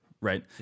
right